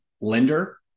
lender